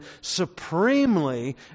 supremely